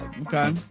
Okay